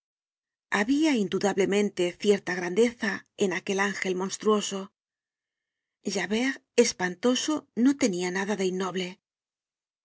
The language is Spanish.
habia indudablemente cierta grandeza en aquel ángel monstruoso javert espantoso no tenia nada de innoble